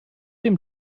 dem